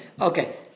Okay